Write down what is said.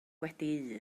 wedi